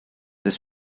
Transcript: this